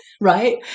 right